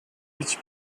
which